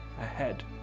ahead